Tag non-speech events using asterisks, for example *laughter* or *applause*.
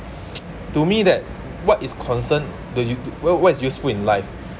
*noise* to me that what is concerned to you what's what's useful in life